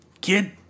Kid